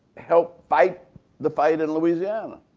help fight the fight in louisiana.